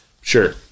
Sure